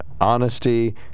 Honesty